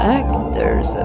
actors